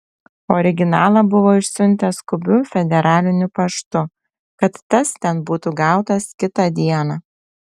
originalą buvo išsiuntęs skubiu federaliniu paštu kad tas ten būtų gautas kitą dieną